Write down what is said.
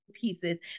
pieces